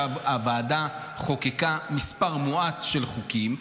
שהוועדה חוקקה מספר מועט של חוקים,